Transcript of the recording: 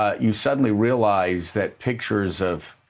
ah you suddenly realized that pictures of